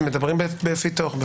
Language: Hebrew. מדברים לפי תור.